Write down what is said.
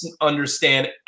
understand